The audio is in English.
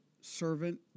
servant